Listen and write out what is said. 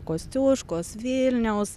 kosciuškos vilniaus